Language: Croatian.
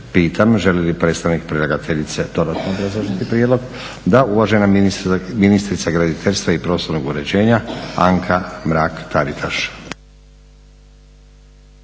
Pitam želi li predstavnik predlagateljice dodatno obrazložiti prijedlog? Da, uvažena ministrica graditeljstva i prostornog uređenja Anka Mrak Taritaš.